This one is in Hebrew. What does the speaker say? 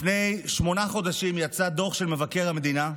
לפני שמונה חודשים יצא דוח של מבקר המדינה,